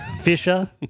Fisher